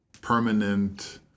permanent